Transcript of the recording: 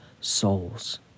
souls